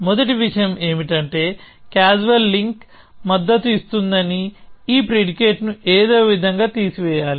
మొదటి విషయం ఏమిటంటే క్యాజువల్ లింక్ మద్దతు ఇస్తోందని ఈ ప్రిడికేట్ ను ఏదో విధంగా తీసివేయాలి